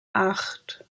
acht